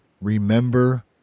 remember